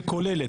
שכוללת,